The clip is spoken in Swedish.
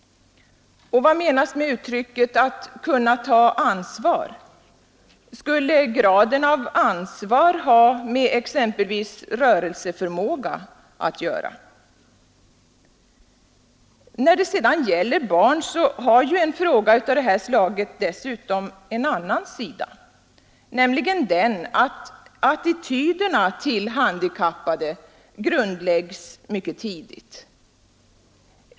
Och vad menas med uttrycket att ”kunna ta ansvar”? Skulle graden av ansvar ha med exempelvis rörelseförmåga att göra? När det gäller barn har en fråga av det här slaget dessutom en annan sida, nämligen den att attityderna till handikappade grundläggs mycket tidigt.